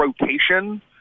rotation